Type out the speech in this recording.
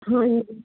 ਹਾਂਜੀ